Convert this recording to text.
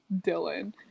Dylan